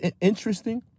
interesting